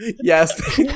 Yes